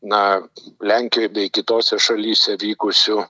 na lenkijoj bei kitose šalyse vykusių